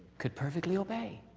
could perfectly obey